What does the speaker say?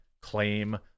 claim